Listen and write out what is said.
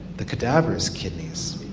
the cadaver's kidneys.